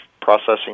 processing